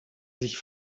sich